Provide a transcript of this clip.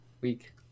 week